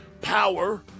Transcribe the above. power